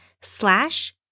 slash